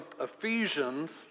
Ephesians